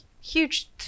huge